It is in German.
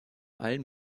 allen